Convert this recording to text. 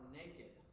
naked